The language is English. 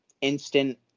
instant